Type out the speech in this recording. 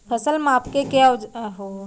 फसल मापके के औज़ार खरीदे बर कतका लागत लगथे?